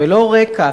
ולא רק"ע,